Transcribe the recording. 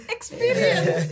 Experience